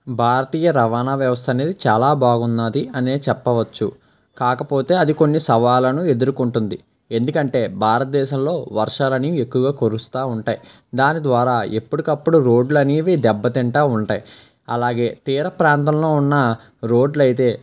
భారతీయ రవాణా వ్యవస్థ అనేది చాలా బాగున్నది అనే చెప్పవచ్చు కాకపోతే అది కొన్ని సవాలను ఎదుర్కొంటుంది ఎందుకంటే భారతదేశంలో వర్షాలనేవి ఎక్కువగా కురుస్తూ ఉంటాయి దాని ద్వారా ఎప్పటికప్పుడు రోడ్లనేవి దెబ్బ తింటూ ఉంటాయి అలాగే తీర ప్రాంతంలో ఉన్న రోడ్లు అయితే